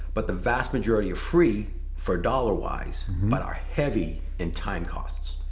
but the vast majority are free for dollar wise but are heavy in time costs.